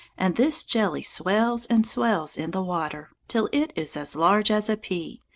and this jelly swells and swells in the water, till it is as large as a pea,